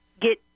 get